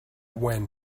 when